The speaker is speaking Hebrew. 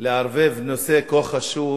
לערב נושא כה חשוב